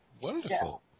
Wonderful